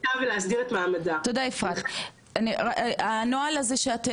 הנוהל הזה שאת מדברת עליו שהוא פורסם לפני מספר חודשים,